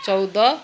चौध